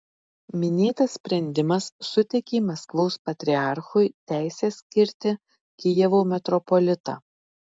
minėtas sprendimas suteikė maskvos patriarchui teisę skirti kijevo metropolitą